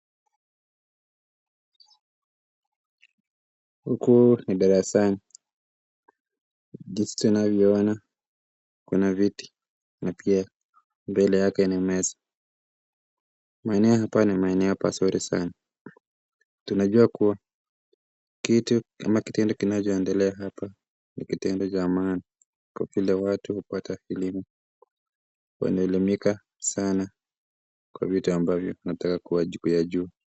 Huku ni darasani. Jinsi tunavyoona kuna viti na pia mbele yake ni meza. Maeneo hapa ni maeneo ya pazuri sana. Tunajua kuwa kitu ama kitendo kinachoendelea hapa ni kitendo cha maana kwa vile watu wanaelimika sana kwa vitu ambavyo tunataka kuyajua.